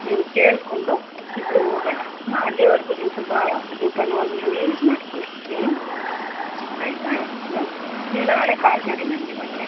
ಹ್ಞೂ ಕೇಳಿಕೊಂಡು ಇಬ್ಬರೂ ಹೋಗಣ ಹಾಂ ಅಲ್ಲೀವರೆಗೂ ನೀವು ಸ್ವಲ್ಪ ಜೋಪಾನವಾಗಿ ಇದು ಮಾಡ್ಕೊಳ್ಳಿ ಹ್ಞೂ ಆಯಿತಾ ಹಾಂ ನೀವು ನಾಳೆ ಕಾಲ್ ಮಾಡಿ ನನಗೆ ಭಾಗ್ಯ